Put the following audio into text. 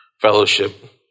fellowship